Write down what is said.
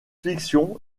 fiction